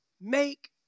make